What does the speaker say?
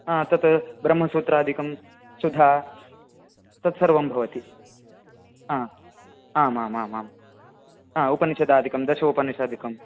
हा तत् ब्रह्मसूत्रादिकं सुधा तत्सर्वं भवति हा आम् आम् आम् आम् हा उपनिषदादिकं दशोपनिषदादिकं